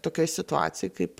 tokioj situacijoj kaip